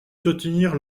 soutenir